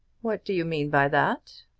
what do you mean by that?